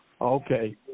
Okay